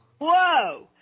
Whoa